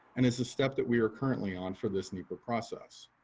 and is the step that we are currently on for this nepa process.